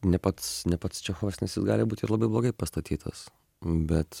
ne pats ne pats čechovas nes jis gali būt ir labai blogai pastatytas bet